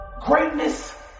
Greatness